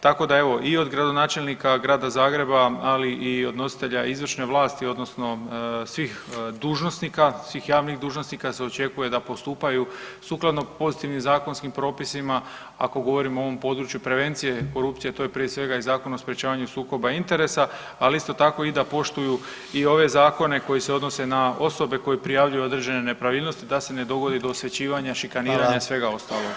Tako da evo i od gradonačelnika grada Zagreba ali i od nositelja izvršne vlasti, odnosno svih dužnosnika, svih javnih dužnosnika se očekuje da postupaju sukladno pozitivnim zakonskim propisima ako govorimo o ovom području prevencije korupcije, a to je prije svega i Zakon o sprječavanju sukoba interesa ali isto tako i da poštuju i ove zakone koji se odnose na osobe koje prijavljuju određene nepravilnosti da se ne dovodi do osvećivanja, šikaniranja i svega ostalog.